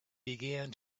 began